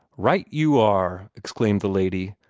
right you are, exclaimed the lady,